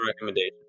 recommendation